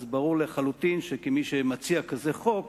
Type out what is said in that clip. אז ברור לחלוטין שכמי שמציע כזה חוק